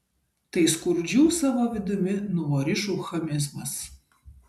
tai skurdžių savo vidumi nuvorišų chamizmas